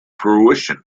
fruition